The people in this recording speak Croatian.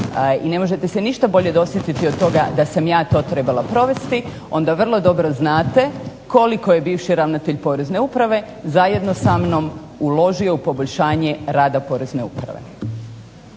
i ne možete se ništa bolje dosjetiti od toga da sam ja to trebala provesti onda vrlo dobro znate koliko je bivši ravnatelj Porezne uprave zajedno sa mnom uložio u poboljšanje rada Porezne uprave.